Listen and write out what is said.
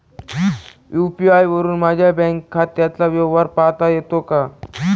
UPI वरुन माझ्या bank खात्याचा व्यवहार पाहता येतो का?